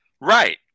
right